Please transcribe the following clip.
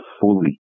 fully